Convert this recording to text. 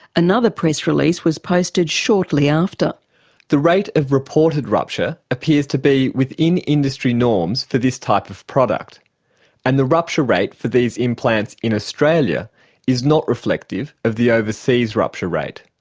another press release was posted shortly after the rate of reported rupture appears to be within industry norms for this type of product and the rupture rate for these implants in australia is not reflective of the overseas rupture rate.